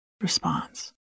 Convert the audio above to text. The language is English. response